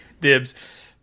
dibs